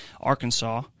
Arkansas